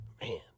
Man